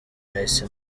nahise